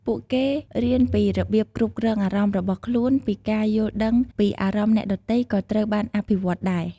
ពួកគេរៀនពីរបៀបគ្រប់គ្រងអារម្មណ៍របស់ខ្លួន ពីការយល់ដឹងពីអារម្មណ៍អ្នកដទៃក៏ត្រូវបានអភិវឌ្ឍដែរ។